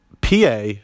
PA